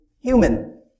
human